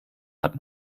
hat